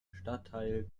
stadtteil